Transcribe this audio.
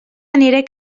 aniré